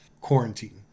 quarantine